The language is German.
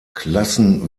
klassen